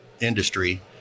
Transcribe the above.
industry